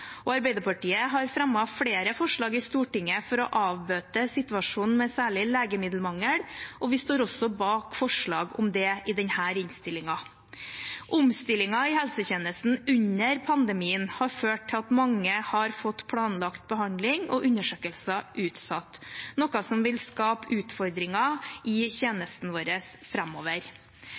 Arbeiderpartiet har fremmet flere forslag i Stortinget for å avbøte situasjonen med særlig legemiddelmangel, og vi står også bak forslag om det i denne innstillingen. Omstillingen i helsetjenesten under pandemien har ført til at mange har fått planlagt behandling og undersøkelser utsatt, noe som vil skape utfordringer i tjenesten vår framover,